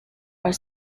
are